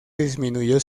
disminuyó